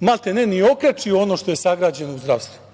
maltene ni okrečio ono što je sagrađeno u zdravstvu.